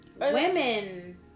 women